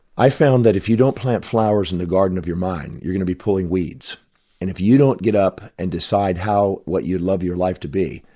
i've found that if you don't plant flowers in the garden of your mind, you're going to be pulling weeds and if you don't get up and decide how what you'd love your life to be,